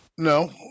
No